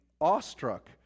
awestruck